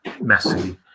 messy